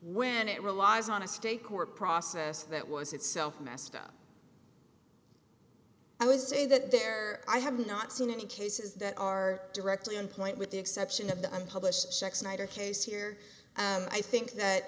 when it relies on a state court process that was itself messed up i was a that there i have not seen any cases that are directly on point with the exception of the unpublished czech snyder case here and i think that